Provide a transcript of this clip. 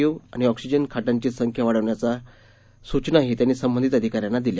you आणि oxygen खाटांची संख्या वाढवण्याच्या सुचनाही त्यांनी संबंधित अधिकाऱ्यांना दिल्या